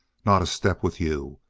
not a step with you.